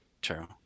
True